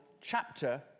chapter